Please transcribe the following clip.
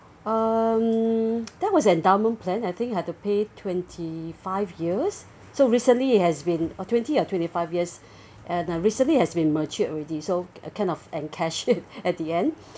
um that was endowment plan I think have to pay twenty five years so recently has been uh twenty or twenty five years and ah recently has been matured already so uh I kind of and cash it at the end